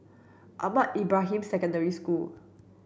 Ahmad Ibrahim Secondary School